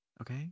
Okay